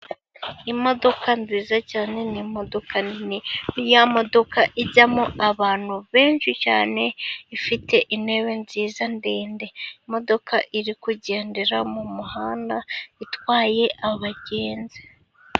Imodoka nziza cyane ni imodoka nini niya modoka ijyamo abantu benshi cyane ifite intebe nziza ndende. Imodoka iri kugendera mu muhanda itwaye abagenzi.